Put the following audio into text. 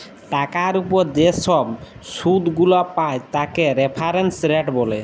টাকার উপর যে ছব শুধ গুলা পায় তাকে রেফারেন্স রেট ব্যলে